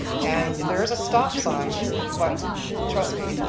and there is a stop sign but trust me,